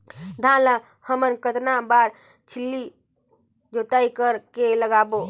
धान ला हमन कतना बार छिछली जोताई कर के लगाबो?